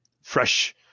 fresh